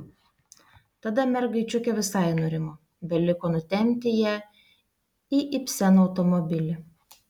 tada mergaičiukė visai nurimo beliko nutempti ją į ibseno automobilį